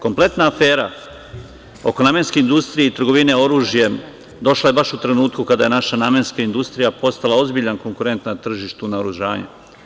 Kompletna afera oko namenske industrije i trgovine oružjem je došla baš u trenutku kada je naša namenska industrija postala ozbiljan konkurent na tržištu naoružanja.